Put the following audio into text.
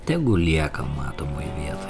tegu lieka matomoj vietoj